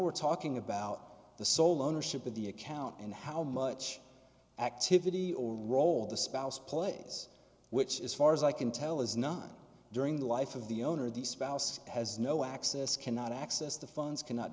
we're talking about the sole ownership of the account and how much activity or role the spouse plays which is far as i can tell is not during the life of the owner of the spouse has no access cannot access the phones cannot